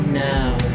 now